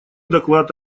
доклад